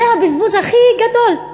זה הבזבוז הכי גדול.